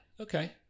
Okay